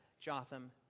Jotham